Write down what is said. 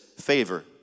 favor